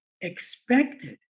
expected